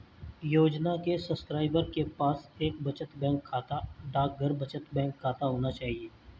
योजना के सब्सक्राइबर के पास एक बचत बैंक खाता, डाकघर बचत बैंक खाता होना चाहिए